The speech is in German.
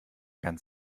ganz